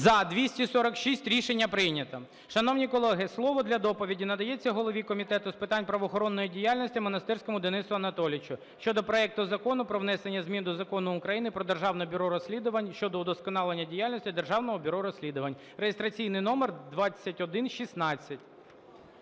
За-246 Рішення прийнято. Шановні колеги, слово для доповіді надається голові Комітету з питань правоохоронної діяльності Монастирському Денису Анатолійовичу щодо проекту Закону про внесення змін до Закону України "Про Державне бюро розслідувань" щодо удосконалення діяльності Державного бюро розслідувань (реєстраційний номер 2116).